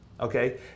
okay